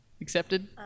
Accepted